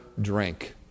drink